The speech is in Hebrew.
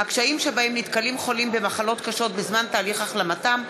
אפס שקלים השקעה בקמפיינים נגד עישון,